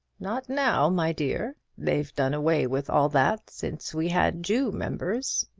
not now, my dear. they've done away with all that since we had jew members.